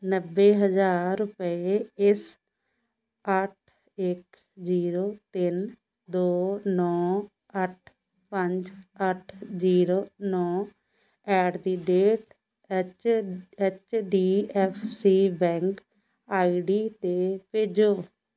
ਨੱਬੇ ਹਜ਼ਾਰ ਰੁਪਏ ਇਸ ਅੱਠ ਇੱਕ ਜੀਰੋ ਤਿੰਨ ਦੋ ਨੌ ਅੱਠ ਪੰਜ ਅੱਠ ਜੀਰੋ ਨੌ at the rate H H D F C bank I D 'ਤੇ ਭੇਜੋ